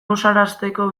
gozarazteko